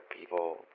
people